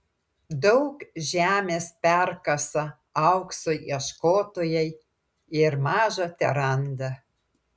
daug žemės perkasa aukso ieškotojai ir maža teranda